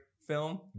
film